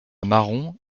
marron